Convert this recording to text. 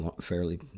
fairly